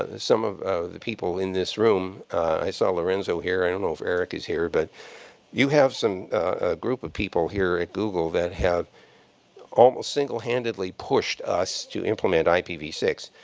ah some of the people in this room i saw lorenzo here. i don't know if eric is here. but you have some a group of people here at google that have single-handedly pushed us to implement i p v six.